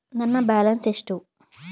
ನನ್ನ ಬ್ಯಾಲೆನ್ಸ್ ಎಷ್ಟು?